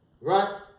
right